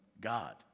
God